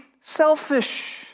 selfish